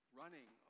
running